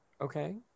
Okay